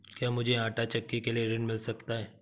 क्या मूझे आंटा चक्की के लिए ऋण मिल सकता है?